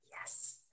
Yes